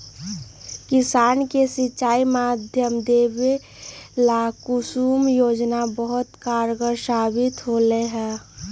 किसानों के सिंचाई के माध्यम देवे ला कुसुम योजना बहुत कारगार साबित होले है